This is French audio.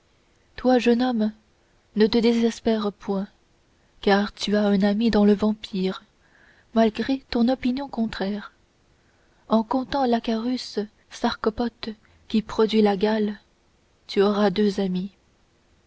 toi jeune homme ne te désespère point car tu as un ami dans le vampire malgré ton opinion contraire en comptant l'acarus sarcopte qui produit la gale tu auras deux amis